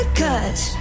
cause